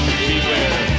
beware